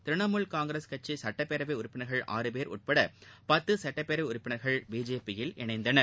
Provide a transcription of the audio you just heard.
திரிணமூல் காங்கிரஸ் கட்சி சுட்டப்பேரவை உறப்பினர்கள் ஆறுபேர் உட்பட பத்து சுட்டப்பேரவை உறுப்பினர்கள் பிஜேபியில் இணைந்தனர்